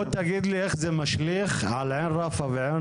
בוא תגיד לי איך זה משליך על עין רפא ועין